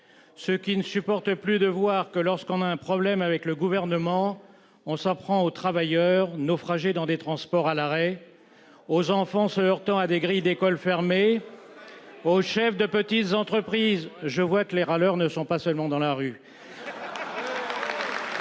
ceux qui ne supportent plus de voir que, lorsqu'on a un problème avec le Gouvernement, on s'en prend aux travailleurs naufragés dans des transports à l'arrêt, aux enfants se heurtant à des grilles d'écoles fermées, aux chefs de petites entreprises ... Je vois que les râleurs ne sont pas seulement dans la rue